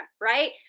right